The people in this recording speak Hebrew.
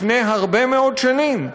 לפני הרבה מאוד שנים.